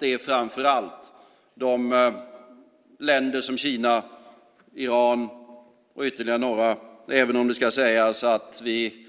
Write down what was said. Det gäller framför allt länder som Kina, Iran och ytterligare några. Men det ska även sägas att vi